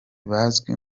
bazwi